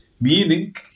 Meaning